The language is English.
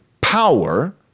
power